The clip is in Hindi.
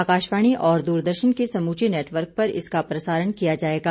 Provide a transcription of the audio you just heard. आकाशवाणी और दूरदर्शन के समूचे नेटवर्क पर इसका प्रसारण किया जायेगा